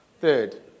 Third